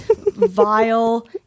vile